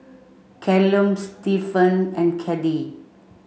Callum Stephan and Caddie